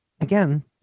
again